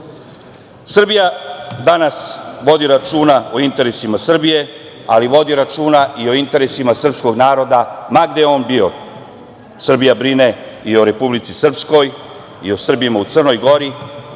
Srbije. Srbija danas vodi računa o interesima Srbije, ali vodi računa i o interesima srpskog naroda, ma gde on bio. Srbija brine i o Republici Srpskoj, i o Srbima u Crnoj Gori